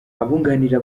abunganira